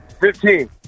Fifteen